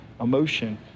emotion